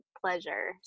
pleasure